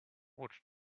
what